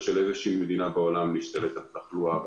של איזושהי מדינה להשתלט על התחלואה,